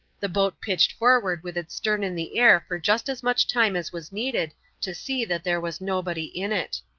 the boat pitched forward with its stern in the air for just as much time as was needed to see that there was nobody in it.